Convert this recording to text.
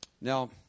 Now